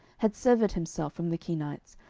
had severed himself from the kenites,